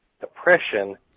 depression